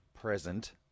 present